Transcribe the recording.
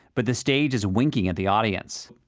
but the stage is winking at the audience.